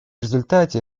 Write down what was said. результате